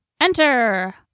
Enter